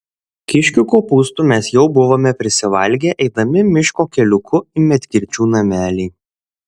kiškių kopūstų mes jau buvome prisivalgę eidami miško keliuku į medkirčių namelį